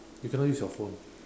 you cannot use your phone